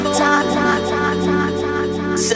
time